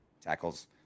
tackles